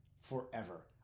forever